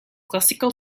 classical